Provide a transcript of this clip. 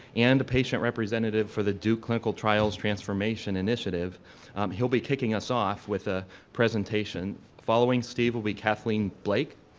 and patient representative for the duke clinical trials transformation initiative he'll be kicking us off with a presentation. following steve will be kathleen blake,